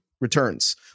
returns